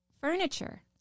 furniture